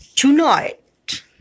Tonight